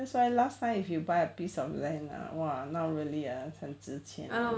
that's why last time if you buy a piece of land ah !wah! now really ah 很值钱了